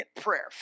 Prayer